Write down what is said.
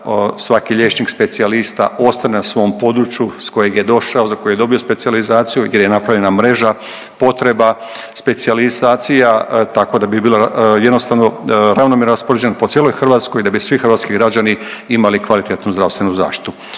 svaki liječnik specijalista ostane na svom području s kojeg je došao, za kojeg je dobio specijalizaciju gdje je napravljena mreža potreba specijalizacija tako da bi bilo jednostavno ravnomjerno raspoređen po cijeloj Hrvatskoj da bi svi hrvatski građani imali kvalitetnu zdravstvenu zaštitu.